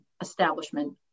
establishment